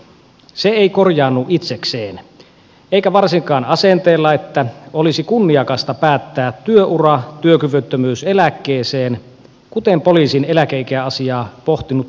se ei korjaannu itsekseen eikä varsinkaan asenteella että olisi kunniakasta päättää työura työkyvyttömyyseläkkeeseen kuten poliisin eläkeikäasiaa pohtinut työryhmä totesi